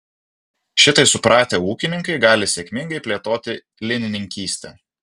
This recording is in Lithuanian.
šitai supratę ūkininkai gali sėkmingai plėtoti linininkystę